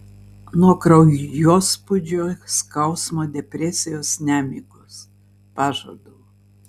nuo kraujospūdžio skausmo depresijos nemigos pažadu